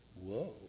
Whoa